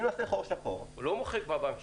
אם נעשה חור שחור --- הוא לא מוחק בבנק שלו,